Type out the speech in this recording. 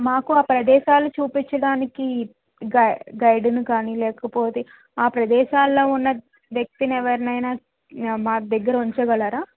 మాకు ఆ ప్రదేశాలు చూపించడానికి గై గైడును కాని లేకపోతే ఆ ప్రదేశాల్లో ఉన్న వ్యక్తిని ఎవరినైనా మా దగ్గర ఉంచగలరా